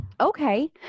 Okay